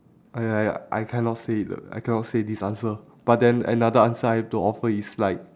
!aiya! I cannot say the I cannot say this answer but then another answer I've to offer is like